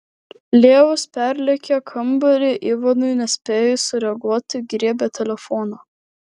levas perlėkė kambarį ivanui nespėjus sureaguoti griebė telefoną